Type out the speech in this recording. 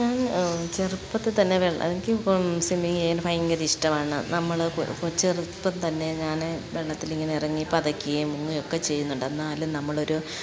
ഞാൻ ചെറുപ്പത്തിൽ തന്നെ വെള്ളം എനിക്കിപ്പം സ്വിമ്മിങ്ങ് ചെയ്യാൻ ഭയങ്കര ഇഷ്ടമാണ് നമ്മൾ ചെറുപ്പം തന്നെ ഞാൻ വെള്ളത്തിലിങ്ങനെ ഇറങ്ങി പതയ്ക്കുകയും മുങ്ങുകയും ഒക്കെ ചെയ്യുന്നുണ്ട് എന്നാലും നമ്മളൊരു